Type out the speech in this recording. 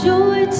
Joy